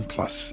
Plus